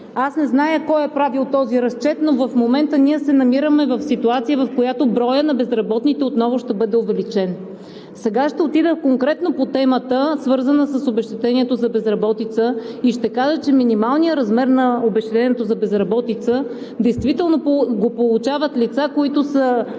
Аз не знам кой е правил този разчет, но в момента ние се намираме в ситуация, в която броят на безработните отново ще бъде увеличен. Сега ще отида конкретно по темата, свързана с обезщетението за безработица, и ще кажа, че минималният размер на обезщетението за безработица действително го получават лица, на които им